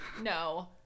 no